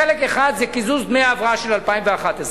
חלק אחד זה קיזוז דמי ההבראה של 2011,